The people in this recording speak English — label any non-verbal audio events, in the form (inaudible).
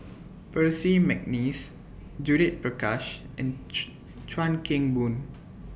(noise) Percy Mcneice Judith Prakash and Choo Chuan Keng Boon